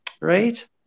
right